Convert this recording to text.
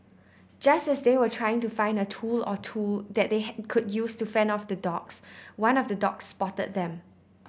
just as they were trying to find a tool or two that they could use to fend off the dogs one of the dogs spotted them